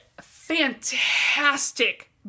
fantastic